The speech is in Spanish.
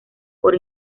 por